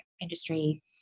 industry